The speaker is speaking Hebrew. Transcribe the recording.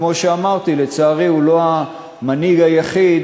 וכמו שאמרתי, לצערי, הוא לא המנהיג היחיד